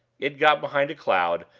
it got behind a cloud,